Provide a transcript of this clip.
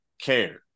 care